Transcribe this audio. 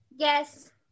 Yes